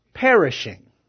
perishing